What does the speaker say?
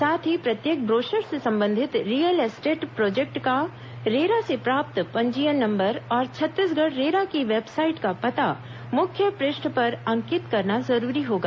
साथ ही प्रत्येक ब्रोशर में संबंधित रियल एस्टेट प्रोजेक्ट का रेरा से प्राप्त पंजीयन नम्बर और छत्तीसगढ़ रेरा की वेबसाइट का पता मुख्य पृष्ठ पर अंकित करना जरूरी होगा